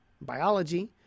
biology